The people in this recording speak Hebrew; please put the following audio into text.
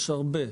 יש הרבה.